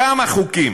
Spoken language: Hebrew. כמה חוקים